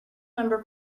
number